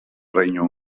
regno